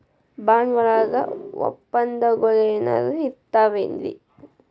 Bond ವಳಗ ವಪ್ಪಂದಗಳೆನರ ಇರ್ತಾವೆನು?